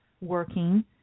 working